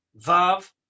Vav